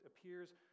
appears